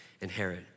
inherit